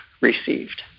received